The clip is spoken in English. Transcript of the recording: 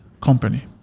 company